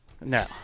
No